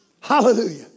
Hallelujah